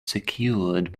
secured